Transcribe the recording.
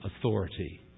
authority